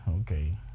Okay